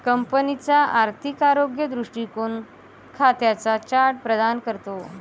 कंपनीचा आर्थिक आरोग्य दृष्टीकोन खात्यांचा चार्ट प्रदान करतो